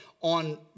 on